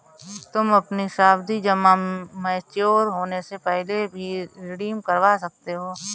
तुम अपनी सावधि जमा मैच्योर होने से पहले भी रिडीम करवा सकते हो